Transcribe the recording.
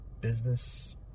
business